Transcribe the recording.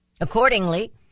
Accordingly